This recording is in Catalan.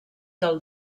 del